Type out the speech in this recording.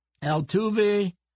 Altuve